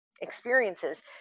experiences